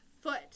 foot